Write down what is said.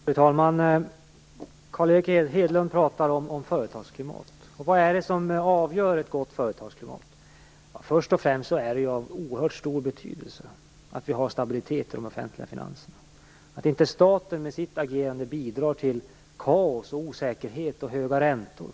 Fru talman! Carl Erik Hedlund talar om företagsklimat. Vad är det som avgör ett gott företagsklimat? Först och främst är det av oerhört stor betydelse att vi har stabilitet i de offentliga finanserna, att staten inte med sitt agerande bidrar till kaos, osäkerhet och höga räntor.